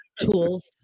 tools